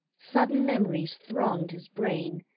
sudden memories thronged his brain,